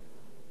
מה קורה?